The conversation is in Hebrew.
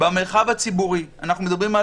במרחב הציבורי אנחנו מדברים על